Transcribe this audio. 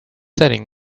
setting